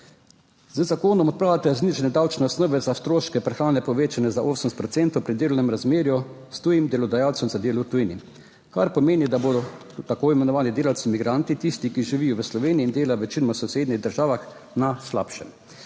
Z zakonom odpravljate znižanje davčne osnove za stroške prehrane povečanja za 80 procentov pri delovnem razmerju s tujim delodajalcem za delo v tujini, kar pomeni, da bodo tako imenovani delavci migranti tisti, ki živijo v Sloveniji in delajo večinoma v sosednjih državah na slabšem.